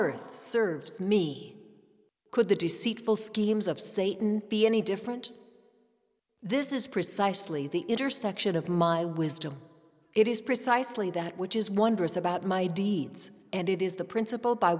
earth serves me could the deceitful schemes of satan be any different this is precisely the intersection of my wisdom it is precisely that which is wondrous about my deeds and it is the principle by